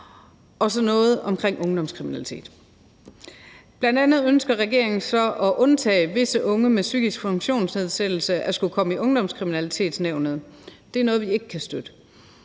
til noget omkring ungdomskriminalitet. Bl.a. ønsker regeringen at undtage visse unge med psykisk funktionsnedsættelse fra at skulle komme for Ungdomskriminalitetsnævnet, og det er noget, vi ikke kan støtte.